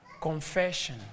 Confession